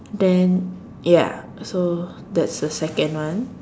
then ya so that's the second one